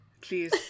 Please